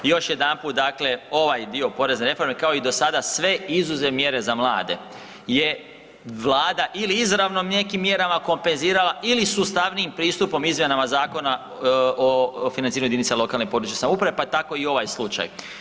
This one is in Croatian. Još jedanput, dakle ovaj dio porezne reforme kao i dosada sve izuzev mjere za mlade je vlada ili izravno nekim mjerama kompenzirala ili sustavnijim pristupom izmjenama Zakona o financiranju jedinica lokalne i područne samouprave, pa tako i ovaj slučaj.